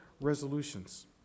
resolutions